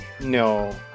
No